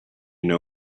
know